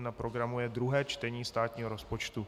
Na programu je druhé čtení státního rozpočtu.